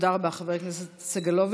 תודה רבה, חבר הכנסת סגלוביץ'.